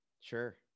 Sure